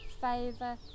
favor